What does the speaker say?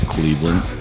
Cleveland